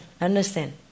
Understand